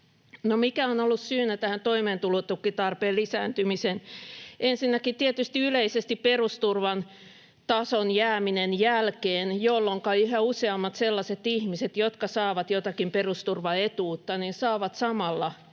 mikä on ollut syynä tähän toimeentulotukitarpeen lisääntymiseen? Ensinnäkin tietysti yleisesti perusturvan tason jääminen jälkeen, jolloinka yhä useammat sellaiset ihmiset, jotka saavat jotakin perusturvaetuutta, saavat samalla myös